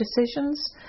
decisions